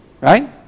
Right